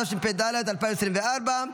התשפ"ד 2024,